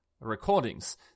recordings